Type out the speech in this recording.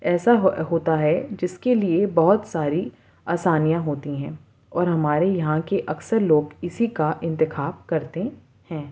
ایسا ہوتا ہے جس کے لیے بہت ساری آسانیاں ہوتی ہیں اور ہمارے یہاں کے اکثر لوگ اسی کا انتخاب کرتے ہیں